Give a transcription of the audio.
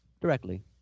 directly